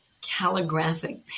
calligraphic